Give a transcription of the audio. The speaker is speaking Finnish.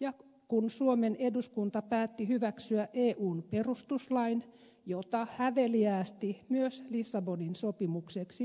ja kun suomen eduskunta päätti hyväksyä eun perustuslain jota häveliäästi myös lissabonin sopimukseksi kutsutaan